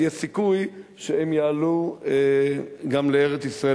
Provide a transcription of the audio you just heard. יש סיכוי שהם יעלו גם לארץ-ישראל,